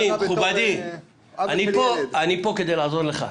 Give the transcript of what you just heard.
מכובדי, אני פה כדי לעזור לך.